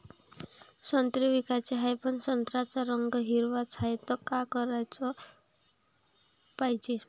संत्रे विकाचे हाये, पन संत्र्याचा रंग हिरवाच हाये, त का कराच पायजे?